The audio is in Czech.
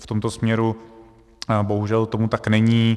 V tomto směru bohužel tomu tak není.